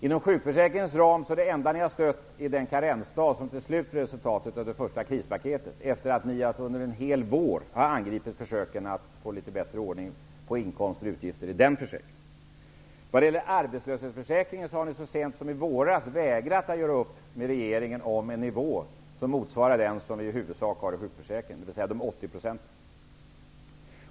Inom sjukförsäkringens ram är det enda ni har stött den karensdag som till slut blev resultatet av de första krispaketet -- efter att ni under en hel vår har angripit alla försök att få litet bättre ordning på inkomster och utgifter i den försäkringen. Vad gäller arbetslöshetsförsäkringen har ni så sent som i våras vägrat att göra upp med regeringen om en nivå som motsvarar den som vi i huvudsak har i sjukförsäkringen, dvs. 80 %.